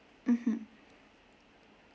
mmhmm